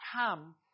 come